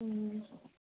ꯎꯝ